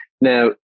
Now